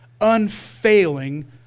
unfailing